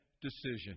decision